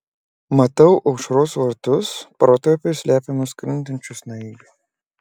matau aušros vartus protarpiais slepiamus krintančių snaigių